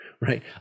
right